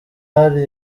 hari